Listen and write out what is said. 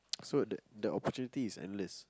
so the the opportunity is endless